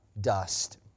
dust